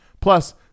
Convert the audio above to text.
Plus